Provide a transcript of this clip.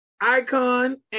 Icon